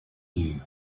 you